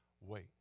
Wait